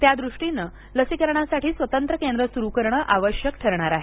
त्याद्रष्टीनं लसीकरणासाठी स्वतंत्र केंद्र सुरु करणे आवश्यक ठरणार आहे